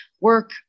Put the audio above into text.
work